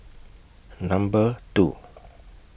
Number two